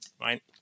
right